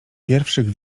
pierwszych